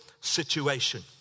situation